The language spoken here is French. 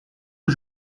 que